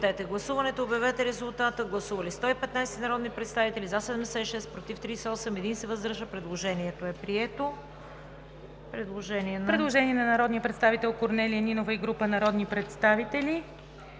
Предложението е прието.